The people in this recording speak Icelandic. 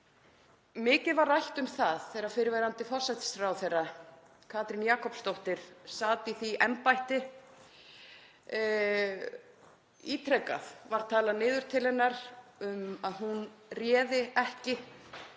Mikið var rætt um það þegar fyrrverandi forsætisráðherra, Katrín Jakobsdóttir, sat í því embætti og ítrekað var talað niður til hennar um að hún réði ekki